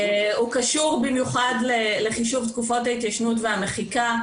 הוא קשור במיוחד לחישוב תקופות ההתיישנות והמחיקה.